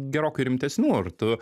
gerokai rimtesnių ar tu